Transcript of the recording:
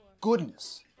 Goodness